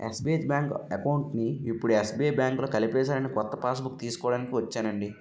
SBH bank అకౌంట్ని ఇప్పుడు SBI బాంకులో కలిపేసారని కొత్త పాస్బుక్కు తీస్కోడానికి ఒచ్చానండి